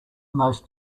most